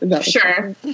Sure